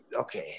okay